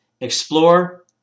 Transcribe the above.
Explore